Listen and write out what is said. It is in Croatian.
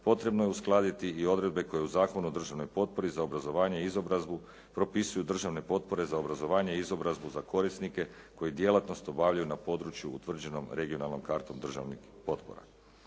potrebno je uskladiti i odredbe koje u Zakon o državnoj potpori i za obrazovanje i izobrazbu propisuju državne potpore za obrazovanje i izobrazbu za korisnike koji djelatnost obavljaju na području utvrđenom regionalnom kartom državnih potpora.